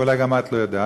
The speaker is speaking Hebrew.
ואולי גם את לא יודעת,